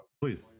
please